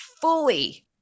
fully